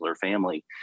family